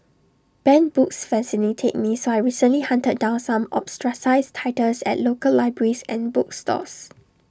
banned books fascinate me so I recently hunted down some ostracised titles at local libraries and bookstores